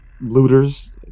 Looters